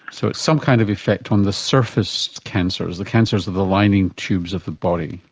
so it's some kind of effect on the surface cancers, the cancers of the lining tubes of the body.